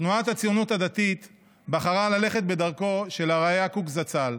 תנועת הציונות הדתית בחרה ללכת בדרכו של הראי"ה קוק זצ"ל.